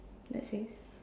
that face